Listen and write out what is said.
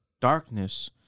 darkness